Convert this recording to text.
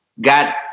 got